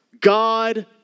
God